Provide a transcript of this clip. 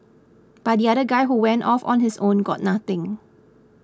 but the other guy who went off on his own got nothing